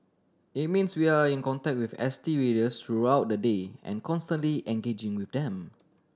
it means we are in contact with S T readers throughout the day and constantly engaging with them